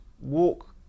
walk